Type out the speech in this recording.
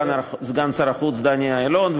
סגן שר החוץ דני אילון,